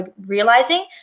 realizing